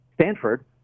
Stanford